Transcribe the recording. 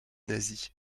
nasie